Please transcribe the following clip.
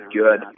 good